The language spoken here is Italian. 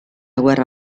guerra